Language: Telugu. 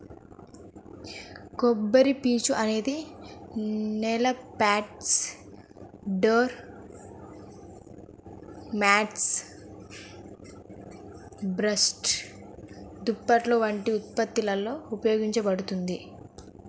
కొబ్బరిపీచు అనేది నేల మాట్స్, డోర్ మ్యాట్లు, బ్రష్లు, దుప్పట్లు వంటి ఉత్పత్తులలో ఉపయోగించబడుతుంది